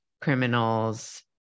criminals